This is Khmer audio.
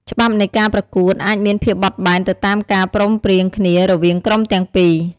ច្បាប់នៃការប្រកួតអាចមានភាពបត់បែនទៅតាមការព្រមព្រៀងគ្នារវាងក្រុមទាំងពីរ។